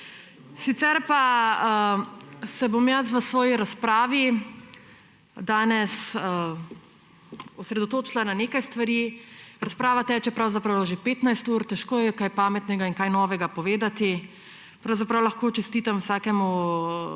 Sicer pa se bom jaz v svoji razpravi danes osredotočila na nekaj stvari. Razprava teče pravzaprav že 15 ur, težko je kaj pametnega in kaj novega povedati. Pravzaprav lahko čestitam vsakemu